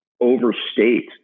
overstate